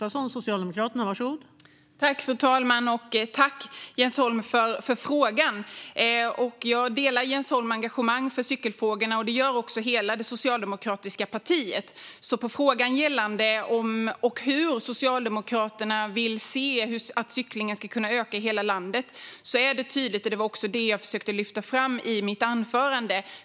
Fru talman! Jag delar Jens Holms engagemang för cykelfrågorna. Det gör också hela det socialdemokratiska partiet. Så svaret på frågan om och hur Socialdemokraterna vill se att cyklingen ska kunna öka i hela landet är tydligt, vilket jag också försökte lyfta fram i mitt anförande.